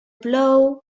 blow